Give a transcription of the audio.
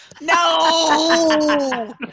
No